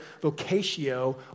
vocatio